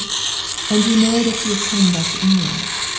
and you know that he is coming back to england.